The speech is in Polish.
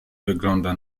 wygląda